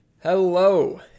Hello